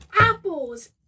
apples